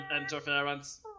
interference